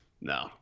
No